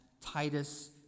Titus